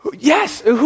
Yes